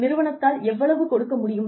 நிறுவனத்தால் எவ்வளவு கொடுக்க முடியும்